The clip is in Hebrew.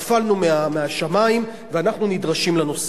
נפלנו מהשמים ואנחנו נדרשים לנושא.